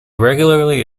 regularly